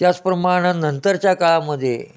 त्याचप्रमाणं नंतरच्या काळामध्ये